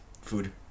food